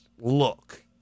look